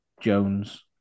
Jones